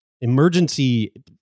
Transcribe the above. emergency